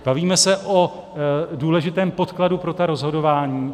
Bavíme se důležitém podkladu pro rozhodování.